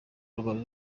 ruba